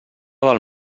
del